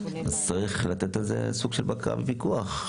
אז צריך לתת על זה איזו שהיא בקרה ופיקוח.